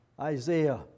Isaiah